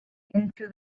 into